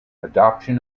adoption